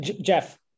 Jeff